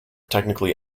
technically